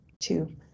two